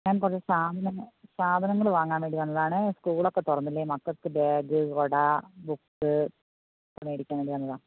ഞാൻ കുറച്ച് സാധനങ്ങൾ വാങ്ങാൻ വേണ്ടി വന്നതാണ് സ്കൂളൊക്കെ തുറന്നില്ലേ മക്കൽക്ക് ബാഗ് കുട ബുക്ക് ൊക്കെ മേടിക്കാൻ വേണ്ടി വന്നതാണ്